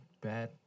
bad